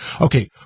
Okay